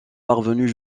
parvenues